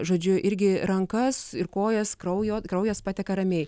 žodžiu irgi rankas ir kojas kraujo kraujas pateka ramiai